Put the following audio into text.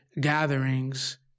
gatherings